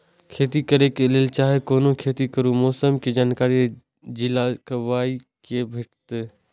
खेती करे के लेल चाहै कोनो खेती करू मौसम के जानकारी जिला वाईज के ना भेटेत?